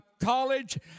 college